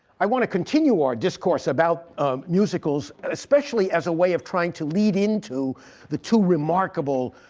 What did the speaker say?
i want to continue our discourse about um musicals, and especially as a way of trying to lead into the two remarkable,